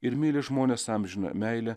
ir myli žmones amžiną meilę